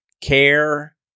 care